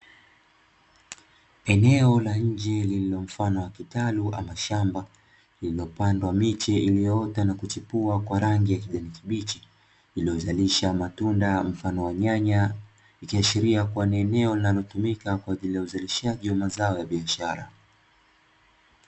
Eneo la nje lililo mfano wa kitalu ama shamba lililopandwa miche iliyoota na kuchipua kwa rangi ya kijani kibichi iliyozalisha matunda mfano wa nyanya, ikiashiria kuwa ni eneo linalotumika kwa ajili ya uzalishaji wa mazao ya biashara.